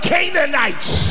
Canaanites